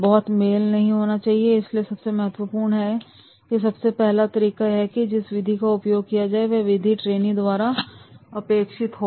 बहते मेल नहीं होने चाहिए इसलिए सबसे महत्वपूर्ण और सबसे पहला तरीका यह है कि जिस विधि का भी उपयोग किया जाता है वह विधि ट्रेनी द्वारा अपेक्षित हो